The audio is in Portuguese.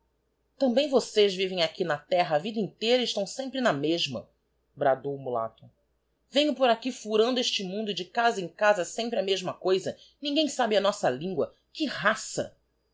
também vocês vivem aqui na terra a vida inteira e estão sempre na mesma bradou o mulato nenho por aqui furando este mundo e de casa em casa sempre a mesma coisa ninguém sabe a nossa lingua que raça